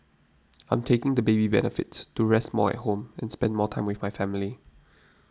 I'm taking the baby benefits to rest more at home and spend more time with my family